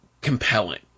compelling